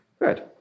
Good